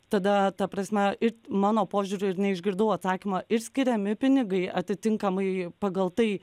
tada ta prasme ir mano požiūriu ir neišgirdau atsakymo ir skiriami pinigai atitinkamai pagal tai